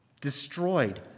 destroyed